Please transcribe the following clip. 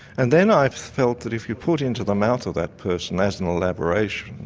and then i've felt that if you put into the mouth of that person as an elaboration,